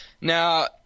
now